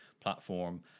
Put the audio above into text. platform